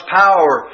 power